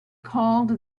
called